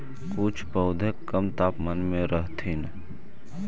कुछ पौधे कम तापमान में रहथिन